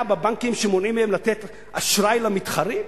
בבנקים שמונעים מהם לתת אשראי למתחרים?